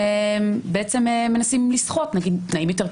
בעצם מנסים לסחוט תנאים יותר טובים,